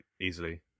easily